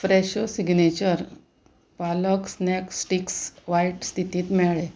फ्रॅशो signature पालक snack sticks वायट स्थितींत मेळ्ळे